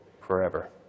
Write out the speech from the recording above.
forever